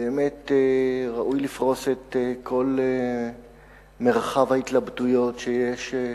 באמת ראוי לפרוס את כל מרחב ההתלבטויות שיש.